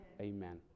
Amen